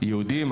יהודים,